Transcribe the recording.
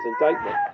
indictment